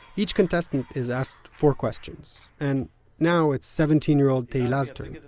each contestant is asked four questions, and now it's seventeen-year-old tehila's turn.